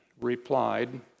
replied